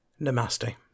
Namaste